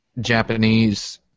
Japanese